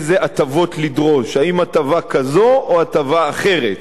איזה הטבות לדרוש, האם הטבה כזו או הטבה אחרת.